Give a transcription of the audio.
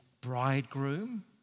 bridegroom